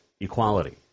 equality